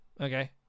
Okay